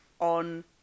on